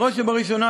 בראש ובראשונה,